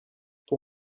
pour